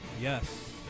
Yes